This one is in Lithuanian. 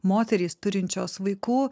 moterys turinčios vaikų